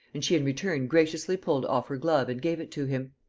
and she in return graciously pulled off her glove and gave it to him.